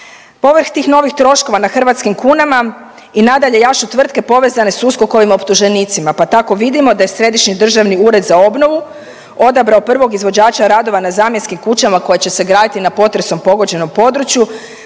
povrh tih novih troškova na hrvatskim kunama i nadalje jašu tvrtke povezane s USKOK-ovim optuženicima, pa tako vidimo da je Središnji državni ured za obnovu odabrao prvog izvođača radova na zamjenskim kućama koje će se graditi na potresom pogođenom području